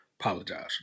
apologize